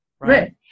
Right